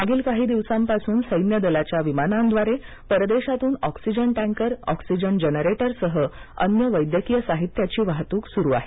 मागील काही दिवसांपासून सैन्य दलाच्या विमानांद्वारे परदेशातून ऑक्सिजन टँकर ऑक्सिजन जनरेटरसह अन्य वैद्यकीय साहित्याची वाहतूक सुरू आहे